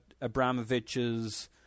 Abramovich's